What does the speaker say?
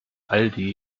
aldi